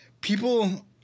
people